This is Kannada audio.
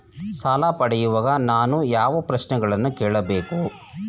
ಸಾಲ ಪಡೆಯುವಾಗ ನಾನು ಯಾವ ಪ್ರಶ್ನೆಗಳನ್ನು ಕೇಳಬೇಕು?